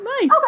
nice